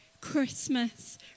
Christmas